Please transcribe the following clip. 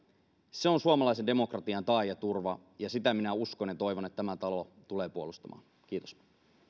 on suomalaisen demokratian tae ja turva ja minä uskon ja toivon että tämä talo tulee sitä puolustamaan kiitos